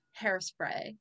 hairspray